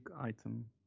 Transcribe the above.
item